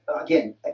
Again